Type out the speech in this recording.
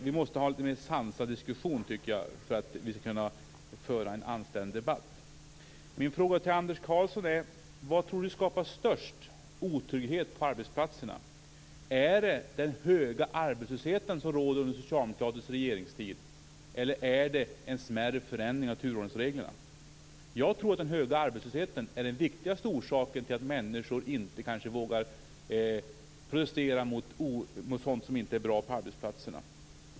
Vi måste ha en lite mer sansad diskussion för att kunna föra en anständig debatt. Vad tror Anders Karlsson skapar störst otrygghet på arbetsplatserna? Är det den höga arbetslösheten som har rått under socialdemokratisk regeringstid? Eller är det en smärre förändring av turordningsreglerna? Jag har trott att den höga arbetslösheten har varit den viktigaste orsaken till att människor inte vågar protestera mot sådant som inte är bra på arbetsplatserna.